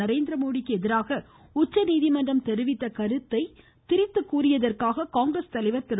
நரேந்திமோடிக்கு எதிராக உச்சநீதிமன்றம் தெரிவித்த கருத்தை திரித்துக் கூறியதற்காக காங்கிரஸ் தலைவர் திரு